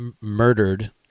murdered